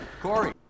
Corey